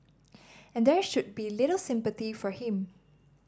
and there should be little sympathy for him